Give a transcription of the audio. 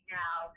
now